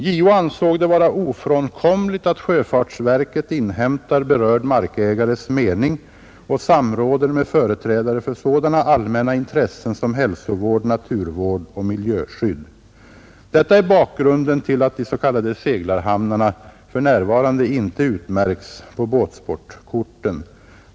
JO ansåg det vara ofrånkomligt att sjöfartsverket inhämtar berörd markägares mening och samråder med företrädare för sådana allmänna intressen som hälsovård, naturvård och miljöskydd. Detta är bakgrunden till att de s.k. seglarhamnarna för närvarande inte utmärks på båtsportkorten.